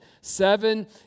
Seven